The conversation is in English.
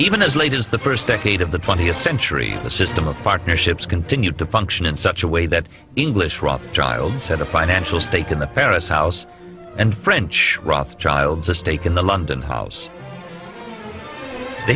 even as late as the first decade of the twentieth century the system of partnerships continued to function in such a way that english rothschilds had a financial stake in the paris house and french rothschilds a stake in the london house the